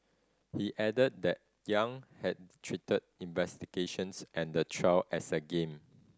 he added that Yang had treated investigations and the trial as a game